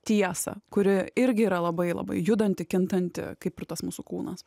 tiesą kuri irgi yra labai labai judanti kintanti kaip ir tas mūsų kūnas